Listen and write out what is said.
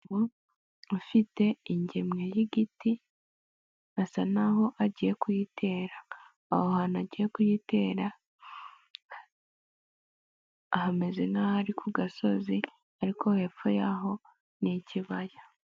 Umugabo ufite ingemwe y'igiti asa naho agiye kuyitera, aho hantu agiye kuyitera, hameze nk'aho ari ku gasozi ariko hepfo yaho, ni ikibaya.